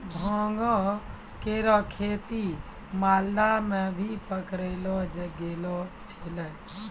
भांगो केरो खेती मालदा म भी पकड़लो गेलो छेलय